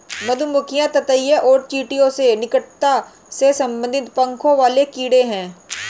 मधुमक्खियां ततैया और चींटियों से निकटता से संबंधित पंखों वाले कीड़े हैं